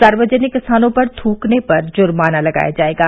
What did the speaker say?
सार्वजनिक स्थानों पर थूकने पर जुर्माना लगाया जाएगा